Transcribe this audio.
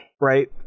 Right